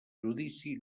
judici